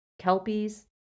kelpies